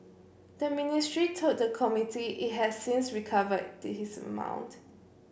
the ministry told the committee it has since recovered this his amount